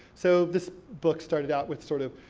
so this book started out with sort of,